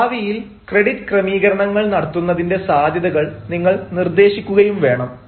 ഭാവിയിൽ ക്രെഡിറ്റ് ക്രമീകരണങ്ങൾ നടത്തുന്നതിന്റെ സാധ്യതകൾ നിങ്ങൾ നിർദ്ദേശിക്കുകയും വേണം